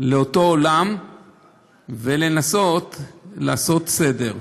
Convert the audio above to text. לאותו עולם ולנסות לעשות סדר.